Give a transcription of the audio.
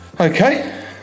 Okay